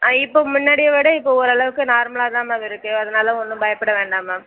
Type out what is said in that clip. ஆ இப்போது முன்னாடிய விட இப்போது ஓரளவுக்கு நார்மலாக தான் மேம் இருக்குது அதனால் ஒன்றும் பயப்பட வேண்டாம் மேம்